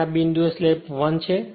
અને આ બિંદુએ સ્લિપ 1 છે